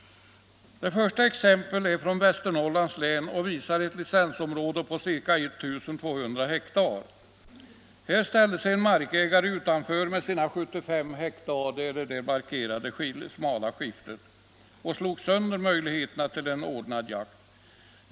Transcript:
Det första exemplet är från Västernorrlands län och visar ett licensområde på ca 1 200 hektar. Här ställde sig en markägare utanför med sina 75 hektar och slog sönder möjligheterna till en ordnad jakt.